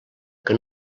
que